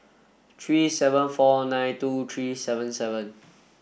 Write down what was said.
three seven four nine two three seven seven